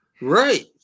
right